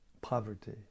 poverty